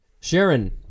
Sharon